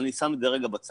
אבל אני שם את זה רגע בצד.